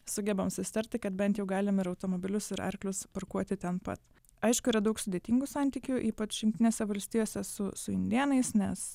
sugebam susitarti kad bent jau galim ir automobilius ir arklius parkuoti ten pat aišku yra daug sudėtingų santykių ypač jungtinėse valstijose su su indėnais nes